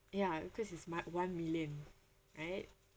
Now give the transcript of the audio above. ya cause it's my one million right